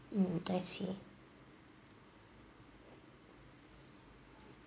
mm I see